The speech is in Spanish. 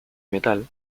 metal